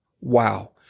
Wow